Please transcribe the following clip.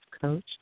coach